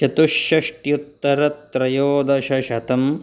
चतुष्षष्ट्युत्तरत्रयोदशशतं